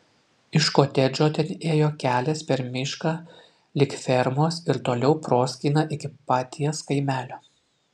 iš kotedžo ten ėjo kelias per mišką lig fermos ir toliau proskyna iki paties kaimelio